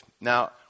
Now